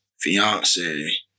fiance